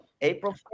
April